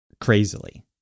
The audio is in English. crazily